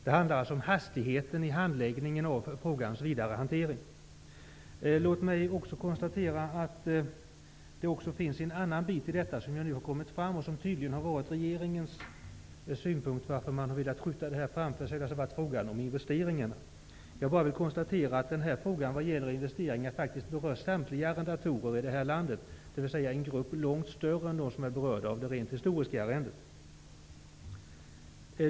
Det handlar alltså om hastigheten i handläggningen av frågans vidare hantering. Låt mig också konstatera att det finns ytterligare en bit i detta. Regeringens synpunkt när det gäller att skjuta frågan framför sig har tydligen gällt investeringarna. Frågan om investeringar berör faktiskt samtliga arrendatorer i det här landet, dvs. en grupp långt större än den som berörs av det rent historiska arrendet.